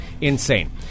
insane